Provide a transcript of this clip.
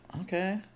Okay